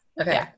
Okay